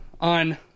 on